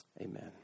Amen